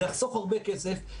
זה יחסוך הרבה כסף,